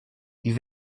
die